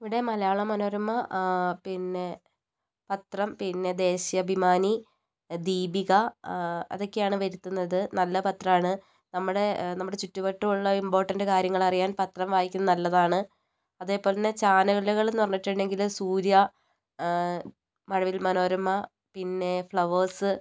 ഇവിടെ മലയാള മനോരമ പിന്നെ പത്രം പിന്നെ ദേശാഭിമാനി ദീപിക അതൊക്കെയാണ് വരുത്തുന്നത് നല്ല പത്രം ആണ് നമ്മുടെ നമ്മുടെ ചുറ്റുവട്ടമുള്ള ഇമ്പോർട്ടൻറ്റ് കാര്യങ്ങൾ അറിയാൻ പത്രം വായിക്കുന്നത് നല്ലതാണ് അതേപോലെത്തന്നെ ചാനലുകൾ എന്ന് പറഞ്ഞിട്ടുണ്ടെങ്കിൽ സൂര്യ മഴവിൽ മനോരമ പിന്നെ ഫ്ലവേഴ്സ്